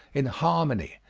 in harmony,